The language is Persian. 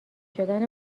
شدن